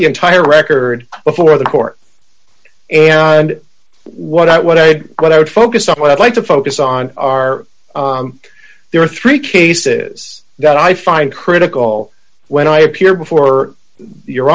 the entire record before the court and what i what i what i would focus on what i'd like to focus on are there are three cases that i find critical when i appear before